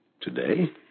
Today